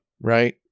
right